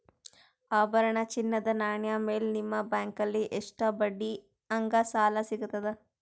ಆಭರಣ, ಚಿನ್ನದ ನಾಣ್ಯ ಮೇಲ್ ನಿಮ್ಮ ಬ್ಯಾಂಕಲ್ಲಿ ಎಷ್ಟ ಬಡ್ಡಿ ಹಂಗ ಸಾಲ ಸಿಗತದ?